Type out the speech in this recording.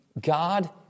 God